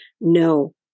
no